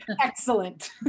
Excellent